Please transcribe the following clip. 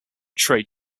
trade